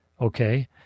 okay